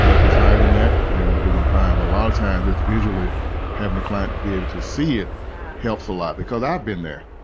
and it's higher than that, then we're doing fine. but a lot of times, just visually having a client to be able to see it helps a lot, because i've been there,